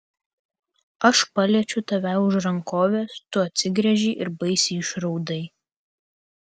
aš paliečiau tave už rankovės tu atsigręžei ir baisiai išraudai